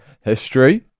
history